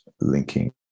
linking